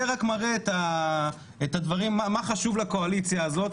זה רק מראה מה חשוב לקואליציה הזאת,